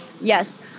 Yes